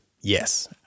yes